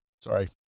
Sorry